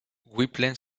gwynplaine